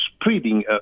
spreading